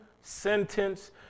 sentence